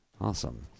Awesome